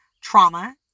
trauma